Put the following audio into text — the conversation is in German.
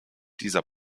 dieser